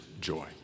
joy